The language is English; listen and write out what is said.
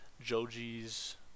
Joji's